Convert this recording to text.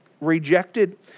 rejected